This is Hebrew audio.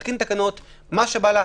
להתקין תקנות: מה שבא לה,